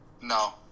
No